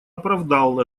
оправдал